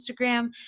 Instagram